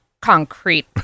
concrete